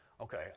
okay